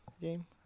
game